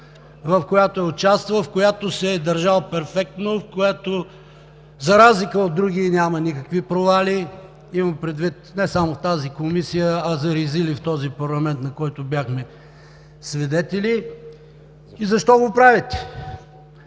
в която участва и в която се е държал перфектно, която, за разлика от други, няма никакви провали. Имам предвид не само тази комисия, а за резили в този парламент, на които бяхме свидетели. И защо го правите?